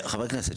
חברי הכנסת,